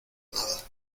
nada